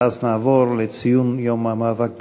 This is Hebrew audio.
ואז נעבור לציון יום המאבק בגזענות.